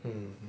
mm